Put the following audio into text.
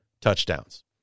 touchdowns